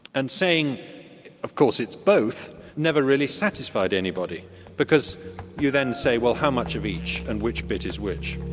and saying of course it's both never really satisfied anybody because you then say, well how much of each? and which bit is which?